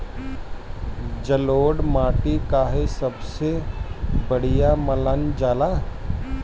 जलोड़ माटी काहे सबसे बढ़िया मानल जाला?